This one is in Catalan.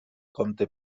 compte